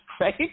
right